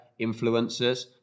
influencers